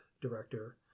director